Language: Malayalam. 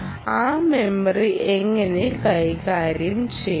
ആ മെമ്മറി എങ്ങനെ കൈകാര്യം ചെയ്യാം